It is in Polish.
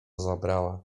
zabrała